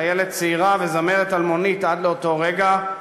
חיילת צעירה וזמרת אלמונית עד לאותו רגע,